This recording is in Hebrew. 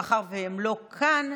מאחר שהם לא כאן,